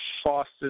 Foster